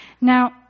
Now